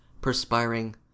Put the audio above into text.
perspiring